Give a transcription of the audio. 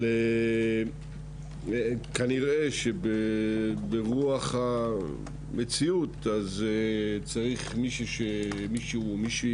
אבל כנראה שברוח המציאות, צריך מישהו או מישהי